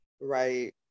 right